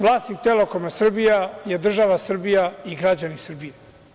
Vlasnik „Telekoma Srbija“ je država Srbija i građani Srbije.